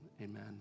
Amen